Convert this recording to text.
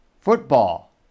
football